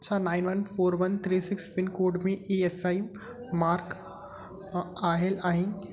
छा nine one four one three six pincode में के ई एस आई मार्क अ आयल आहिनि